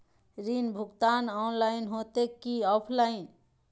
ऋण भुगतान ऑनलाइन होते की ऑफलाइन?